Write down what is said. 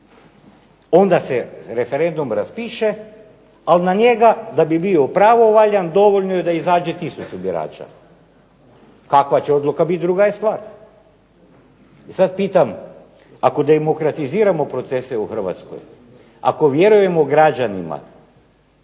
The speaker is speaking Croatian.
onda se referendum raspiše ali na njega da bi bio pravovaljan dovoljno je da izađe tisuću birača. Kakva će odluka biti druga je stvar. I sad pitam, ako demokratiziramo procese u Hrvatskoj, ako vjerujemo građanima